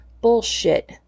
Bullshit